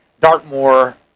Dartmoor